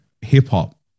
hip-hop